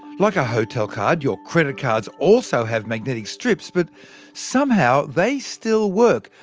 like a hotel card, your credit cards also have magnetic strips but somehow they still work,